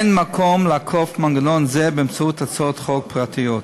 אין מקום לעקוף מנגנון זה באמצעות הצעות חוק פרטיות.